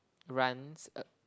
runs a